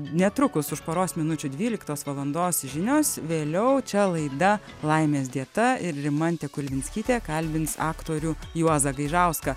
netrukus už poros minučių dvyliktos valandos žinios vėliau čia laida laimės dieta ir rimantė kulvinskytė kalbins aktorių juozą gaižauską